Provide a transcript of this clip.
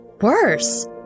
Worse